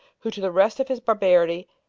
who, to the rest of his barbarity,